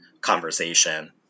conversation